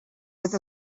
with